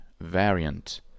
variant